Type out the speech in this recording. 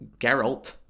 Geralt